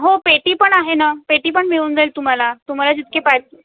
हो पेटी पण आहे ना पेटी पण मिळून जाईल तुम्हाला तुम्हाला जितके पाहिजे